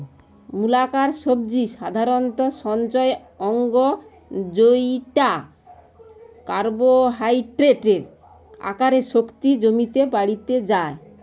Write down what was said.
মূলাকার সবজি সাধারণত সঞ্চয় অঙ্গ জউটা কার্বোহাইড্রেটের আকারে শক্তি জমিতে বাড়ি যায়